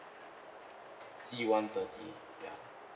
C one thirty ya